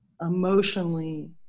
emotionally